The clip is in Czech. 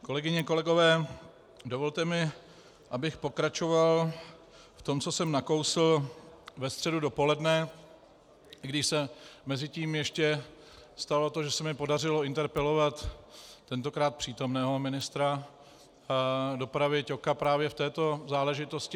Kolegyně, kolegové, dovolte mi, abych pokračoval v tom, co jsem nakousl ve středu dopoledne, i když se mezitím ještě stalo to, že se mi podařilo interpelovat tentokrát přítomného ministra dopravy Ťoka právě v této záležitosti.